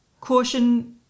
caution